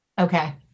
Okay